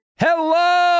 Hello